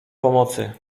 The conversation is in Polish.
pomocy